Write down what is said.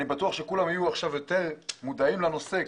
אני בטוח שכולם יהיו עכשיו יותר מודעים לנושא.